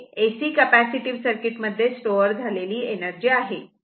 हे AC capacitive circuit मध्ये store झालेली एनर्जी आहे